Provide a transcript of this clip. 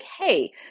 hey